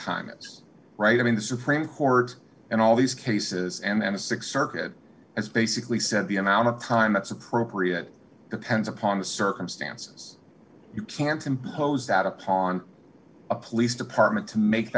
time is right i mean the supreme court and all these cases and the six circuit has basically said the amount of time that's appropriate depends upon the circumstances you can't impose that upon a police department to make